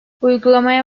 uygulamaya